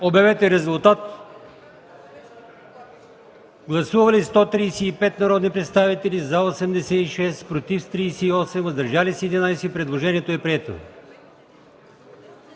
Янаки Стоилов. Гласували 135 народни представители: за 86, против 38, въздържали се 11. Предложението е прието.